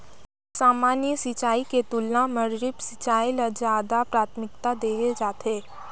सामान्य सिंचाई के तुलना म ड्रिप सिंचाई ल ज्यादा प्राथमिकता देहे जाथे